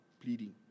pleading